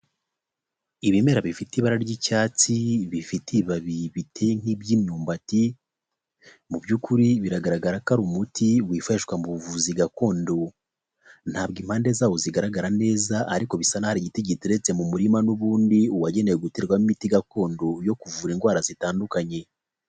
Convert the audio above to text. Ibimera bifite ibara ry'icyatsi, bifite ibibabi biteye nk'iby'imyumbati, mu byukuri biragaragara ko ari umuti wifashishwa mu buvuzi gakondo, ntabwo impande zawo zigaragara neza, ariko bisa ari giti giteretse mu murima n'ubundi uwagenewe guterwamo imiti gakondo yo kuvura indwara zitandukanye.